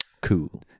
Cool